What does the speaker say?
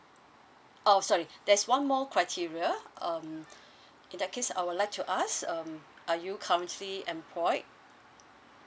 oh sorry there's one more criteria um in that case I would like to um are you currently employed